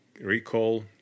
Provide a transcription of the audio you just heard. Recall